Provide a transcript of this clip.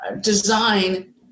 design